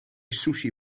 sushi